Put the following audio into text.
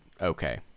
okay